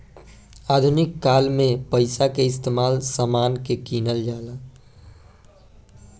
आधुनिक काल में पइसा के इस्तमाल समान के किनल जाला